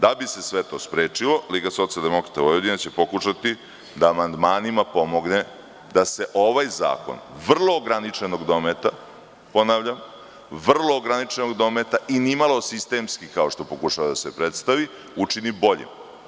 Da bi se sve to sprečilo, LSV će pokušati da amandmanima pomogne da se ovaj zakon vrlo ograničenog dometa, ponavljam, vrlo ograničenog dometa i nimalo sistemski, kao što pokušava da se predstavi, učini boljim.